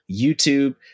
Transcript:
YouTube